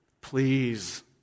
Please